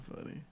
funny